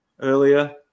earlier